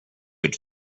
had